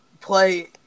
play